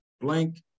blank